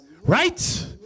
Right